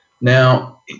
Now